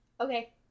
Okay